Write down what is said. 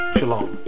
Shalom